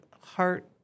heart